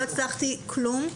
לא הצלחתי כלום,